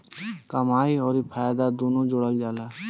कमाई अउर फायदा दुनू जोड़ल जला